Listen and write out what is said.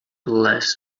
less